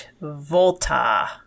Volta